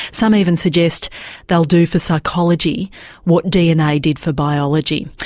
some even suggest they'll do for psychology what dna did for biology.